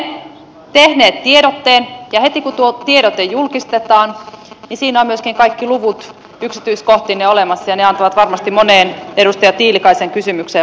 mutta olemme tehneet tiedotteen ja heti kun tuo tiedote julkistetaan niin siinä on myöskin kaikki luvut yksityiskohtineen olemassa ja ne antavat varmasti moneen edustaja tiilikaisen kysymykseen vastauksen